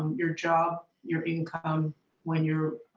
um your job, your income when you're